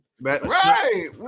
right